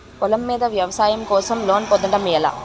పొలం మీద వ్యవసాయం కోసం లోన్ పొందటం ఎలా?